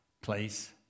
place